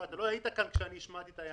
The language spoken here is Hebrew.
לא היית כאן כשאני השמעתי את ההערה שלי.